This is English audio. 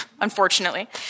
unfortunately